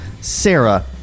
Sarah